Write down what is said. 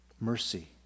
Mercy